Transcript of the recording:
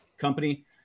company